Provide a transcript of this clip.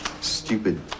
stupid